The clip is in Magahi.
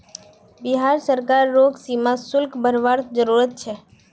बिहार सरकार रोग सीमा शुल्क बरवार जरूरत छे